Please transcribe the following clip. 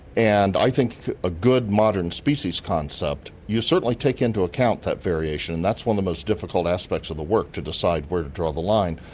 and i think a good modern species concept. you certainly take into account that variation and that's one of the most difficult aspects of the work, to decide where to draw the line,